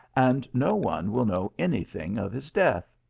and no one will know any thing of his death.